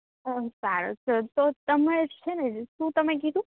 ઓહો સારું તો તો તમે છે ને શું તમે કીધું